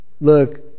Look